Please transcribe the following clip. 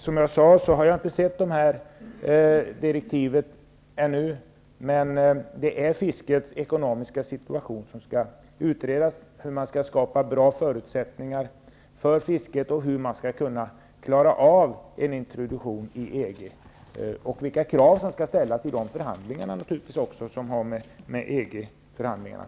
Som jag sade har jag ännu inte sett direktivet till utredningen, men det som skall utredas är fiskets ekonomiska situation, hur man skall skapa bra förutsättningar för fisket, hur man skall kunna klara av en introduktion i EG och naturligtvis också vilka krav man skall ställa vid EG-förhandlingarna.